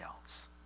else